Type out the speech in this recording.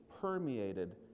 permeated